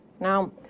Now